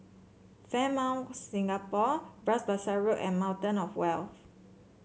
Fairmont Singapore Bras Basah Road and Fountain Of Wealth